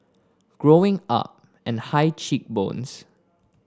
Growing Up and high cheek bones